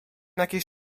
jakiś